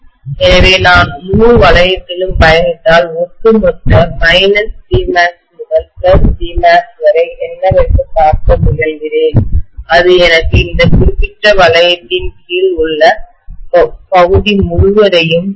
எனவே நான் முழு வளையத்திலும் பயணித்தால் ஒட்டுமொத்த Bmax முதல் Bmax வரை என்னவென்று பார்க்க முயல்கிறேன் அது எனக்கு இந்த குறிப்பிட்ட வளையத்தின் கீழ் உள்ள பகுதி முழுவதையும் தரும்